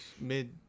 mid